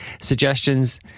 suggestions